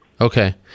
Okay